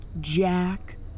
Jack